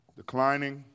declining